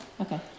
Okay